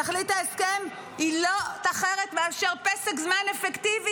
תכלית ההסכם היא לא אחרת מאשר פסק זמן אפקטיבי,